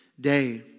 Day